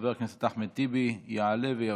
חבר הכנסת אחמד טיבי יעלה ויבוא.